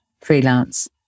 Freelance